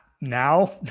now